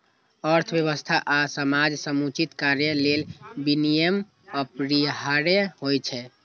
अर्थव्यवस्था आ समाजक समुचित कार्य लेल विनियम अपरिहार्य होइ छै